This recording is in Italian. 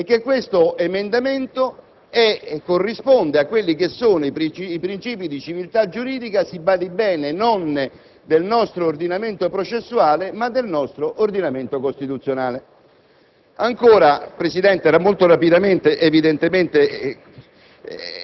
in esame è fondato e corrisponde a quelli che sono i principi di civiltà giuridica, si badi bene, non del nostro ordinamento processuale, bensì del nostro ordinamento costituzionale. Ancora, Presidente, procedendo evidentemente